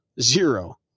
zero